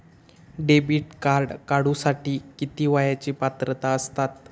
Debit card काढूसाठी किती वयाची पात्रता असतात?